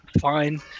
Fine